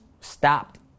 stopped